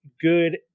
good